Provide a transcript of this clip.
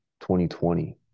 2020